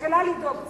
מתחילה לדאוג קצת.